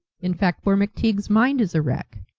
in fact, poor mcteague's mind is a wreck.